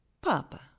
Papa